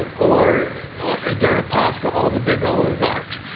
and or ah deripaska. all the big oligarchs.